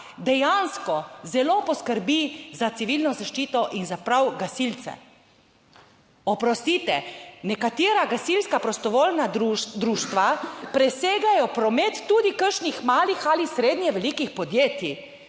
dejansko zelo poskrbi za civilno zaščito in za prav gasilce. Oprostite, nekatera gasilska prostovoljna društva presegajo promet tudi kakšnih malih ali srednje velikih podjetij.